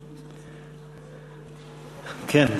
כן,